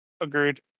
Agreed